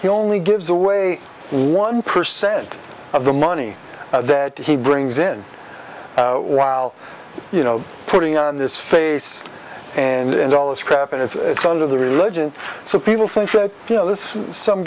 the only gives away one percent of the money that he brings in while you know putting on this face and all this crap and it's under the religion so people think that you know this is some